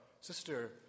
sister